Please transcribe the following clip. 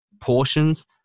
portions